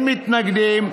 110 בעד, אין מתנגדים.